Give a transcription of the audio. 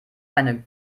eine